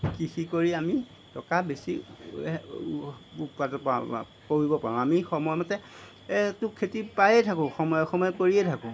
কৃষি কৰি আমি টকা বেছি উপাৰ্জন কৰিব পাৰোঁ আমি সময়মতে এইটো খেতি পায়েই থাকোঁ সময়ে সময়ে কৰিয়ে থাকোঁ